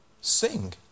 sing